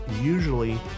usually